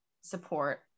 support